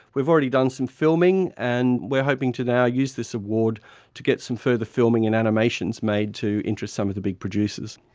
we've already done some filming and we are hoping to now use this award to get some further filming and animations made to interest some of the big producers.